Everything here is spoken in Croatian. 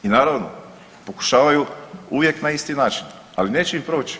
I naravno pokušavaju uvijek na isti način, ali im proći.